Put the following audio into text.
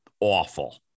awful